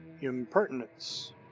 impertinence